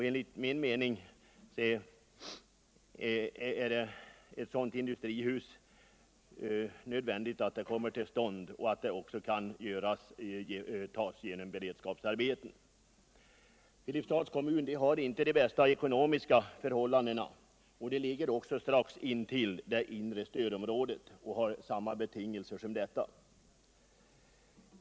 Enligt min mening är det nödvändigt att ett sådant industrihus kommer till stånd och också att om så behövs det sker genom beredskapsarbeten. Filipstads kommun har inte särskilt goda ekonomiska förhållanden. Den ligger också strax intill det inre stödområdet och har samma betingelser som kommuner inom detta.